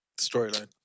Storyline